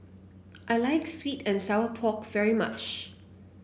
I like sweet and Sour Pork very much